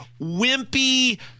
wimpy